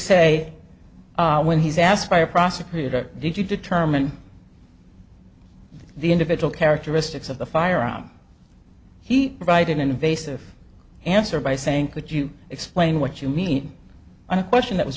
say when he's asked by a prosecutor did you determine the individual characteristics of the firearm he write an invasive answer by saying could you explain what you mean on a question that was